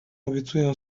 obiecuję